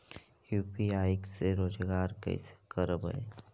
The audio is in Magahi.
यु.पी.आई से रोजगार कैसे करबय?